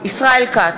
ישראל כץ,